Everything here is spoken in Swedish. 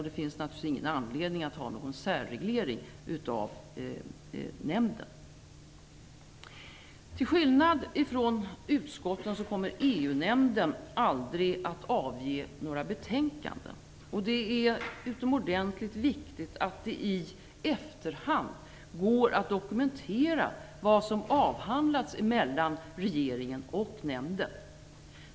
Det finns naturligtvis ingen anledning att ha någon särreglering av nämnden. Till skillnad från utskotten kommer EU-nämnden aldrig att avge några betänkanden. Det är utomordentligt viktigt att det i efterhand går att dokumentera vad som avhandlats mellan regeringen och nämnden.